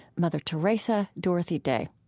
mother teresa, dorothy day.